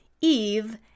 Eve